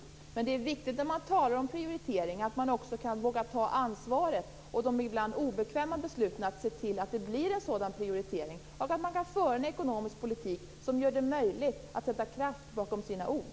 När man talar om prioritering är det viktigt att man också vågar ta ansvaret och de ibland obekväma besluten att se till att det blir en sådan prioritering och att man kan föra en ekonomisk politik som gör det möjligt att sätta kraft bakom sina ord.